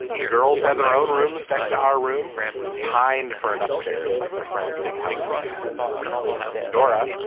the girls had their own rooms next to our room and pined for an upstairs like their friends big houses had dora.